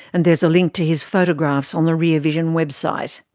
and there's a link to his photographs on the rear vision website.